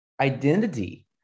identity